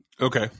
Okay